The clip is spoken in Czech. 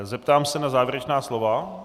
Zeptám se na závěrečná slova.